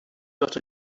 got